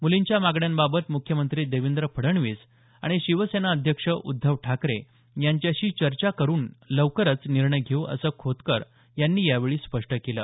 मुलींच्या मागण्यांबाबत मुख्यमंत्री देवेंद्र फडणवीस आणि शिवसेना अध्यक्ष उद्धव ठाकरे यांच्याशी चर्चा करुन लवकरच निर्णय घेऊ असंही खोतकर यांनी यावेळी स्पष्ट केलं